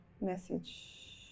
message